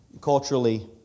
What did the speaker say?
culturally